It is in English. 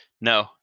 No